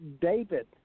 David